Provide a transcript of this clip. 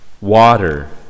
water